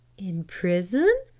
in prison?